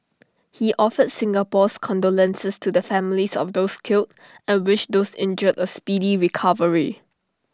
he offered Singapore's condolences to the families of those killed and wished those injured A speedy recovery